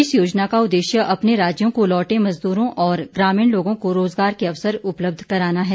इस योजना का उद्देश्य अपने राज्यों को लौटे मजदूरों और ग्रामीण लोगों को रोजगार के अवसर उपलब्ध कराना है